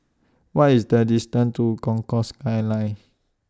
What IS The distance to Concourse Skyline